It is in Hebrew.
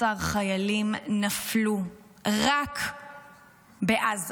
אסור שדיונים האלה יסתיימו בלי